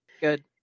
Good